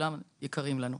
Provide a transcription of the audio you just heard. כולם יקרים לנו.